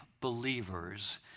believers